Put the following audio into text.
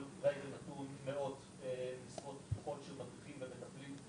רגע נתון מאות משרות פתוחות של מדריכים ומטפלים.